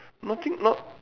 nothing not